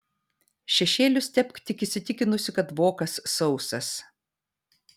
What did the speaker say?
šešėlius tepk tik įsitikinusi kad vokas sausas